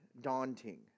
daunting